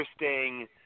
interesting